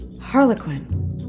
Harlequin